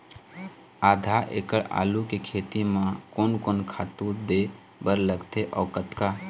आधा एकड़ आलू के खेती म कोन कोन खातू दे बर लगथे अऊ कतका?